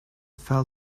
fell